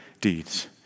deeds